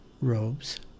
robes